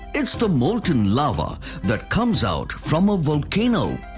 it's the molten lava that comes out from a volcano